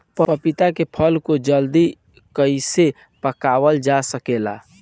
पपिता के फल को जल्दी कइसे पकावल जा सकेला?